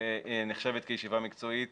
נחשבת כישיבה מקצועית